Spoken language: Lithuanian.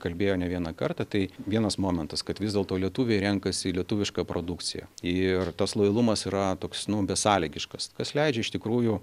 kalbėjo ne vieną kartą tai vienas momentas kad vis dėlto lietuviai renkasi lietuvišką produkciją ir tas lojalumas yra toks nu besąlygiškas kas leidžia iš tikrųjų